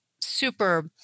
super